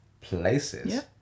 places